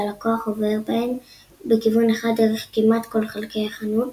שהלקוח עובר בהן בכיוון אחד דרך כמעט כל חלקי החנות